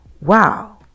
wow